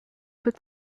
put